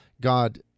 God